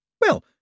Well